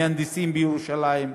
מהנדסים בירושלים,